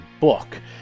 book